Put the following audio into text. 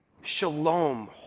Shalom